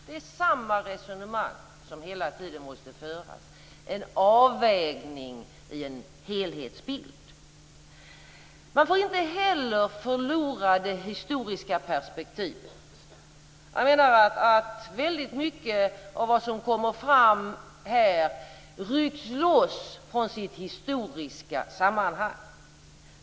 Det är samma resonemang som hela tiden måste föras, om en avvägning i en helhetsbild. Man får inte heller förlora det historiska perspektivet. Jag menar att väldigt mycket av vad som kommer fram här rycks loss från sitt historiska sammanhang.